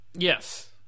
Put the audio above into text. Yes